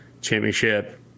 Championship